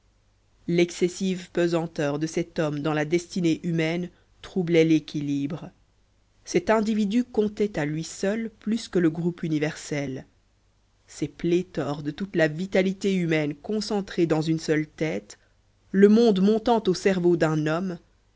l'excessive pesanteur de cet homme dans la destinée humaine troublait l'équilibre cet individu comptait à lui seul plus que le groupe universel ces pléthores de toute la vitalité humaine concentrée dans une seule tête le monde montant au cerveau d'un homme